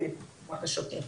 באמת תגובת השוטר.